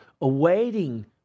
awaiting